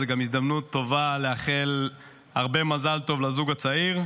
זאת גם הזדמנות טובה לאחל הרבה מזל טוב לזוג הצעיר.